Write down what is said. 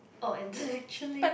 oh intellectually